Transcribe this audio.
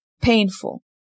painful